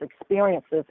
experiences